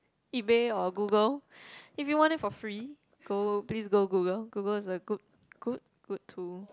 eBay or Google if you want it for free go please go Google Google is a good good good tool